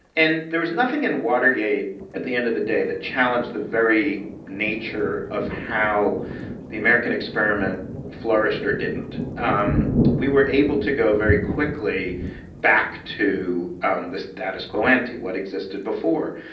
and there was nothing in watergate at the end of the day that challenged the very nature of how the american experiment flourished or didn't. um we were able to go very quickly back to um the status quo ante, what existed before.